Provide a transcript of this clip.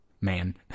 man